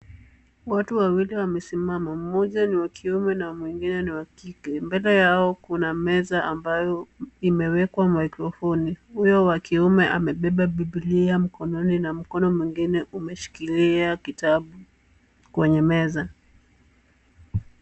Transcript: Watu wawili wamesimama, mmoja ni wa kiume na mwingine ni wa kike. Mbele yao kuna meza ambayo imewekwa maikrofoni, huyo wa kiume amebeba bibilia mkononi na mkono mwingine umeshikilia kitabu kwenye meza.